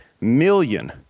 million